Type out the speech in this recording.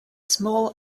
small